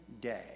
day